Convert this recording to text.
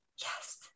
yes